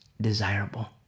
desirable